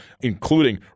including